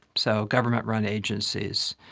so government-run agencies.